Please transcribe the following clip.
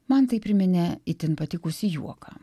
man tai priminė itin patikusį juoką